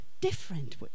different